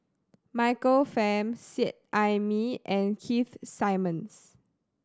Michael Fam Seet Ai Mee and Keith Simmons